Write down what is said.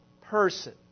person